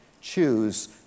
Choose